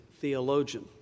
theologian